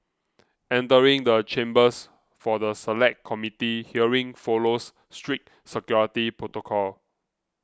entering the chambers for the Select Committee hearing follows strict security protocol